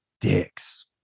dicks